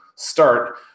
start